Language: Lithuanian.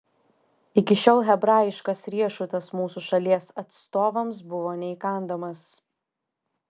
iki šiol hebrajiškas riešutas mūsų šalies atstovams buvo neįkandamas